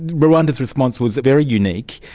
rwanda's response was very unique.